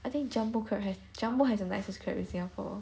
I think jumbo crab has jumbo has the nicest crab in singapore